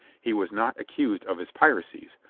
he was not accused of his piracies,